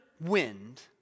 wind